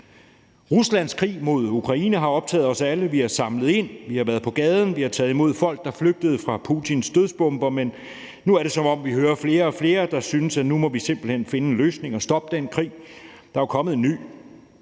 Ruslands krig mod Ukraine har optaget os alle. Vi har samlet ind, vi har været på gaden, og vi har taget imod folk, der flygtede fra Putins dødsbomber, men nu er det, som om vi hører flere og flere, der synes, at nu må vi simpelt hen finde en løsning og stoppe den krig, for der er jo kommet en ny.